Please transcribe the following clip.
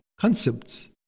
concepts